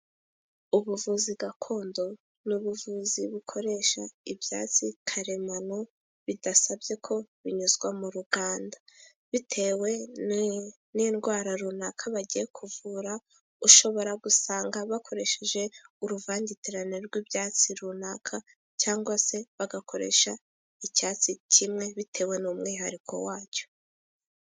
Ubuvuzi gakondo ni ubuvuzi bukoresha ibyatsi karemano bidasabye ko binyuzwa mu ruganda ,bitewe n'indwara runaka bagiye kuvura ,ushobora gusanga bakoresheje uruvangitirane rw'ibyatsi runaka cyangwa se bagakoresha icyatsi kimwe bitewe n'umwihariko wacyo.